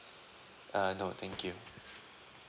uh no thank you